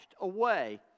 away